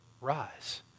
rise